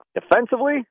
defensively